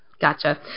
Gotcha